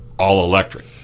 all-electric